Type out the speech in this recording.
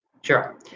sure